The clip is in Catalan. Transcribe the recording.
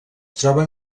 troben